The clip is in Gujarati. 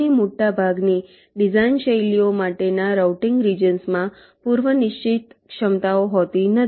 અને મોટાભાગની ડિઝાઇન શૈલીઓ માટેના રાઉટીંગ રિજન્સમાં પૂર્વ નિશ્ચિત ક્ષમતાઓ હોતી નથી